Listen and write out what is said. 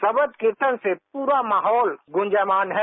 शबद कीर्तन से पूरा माहौल गूज्यमान है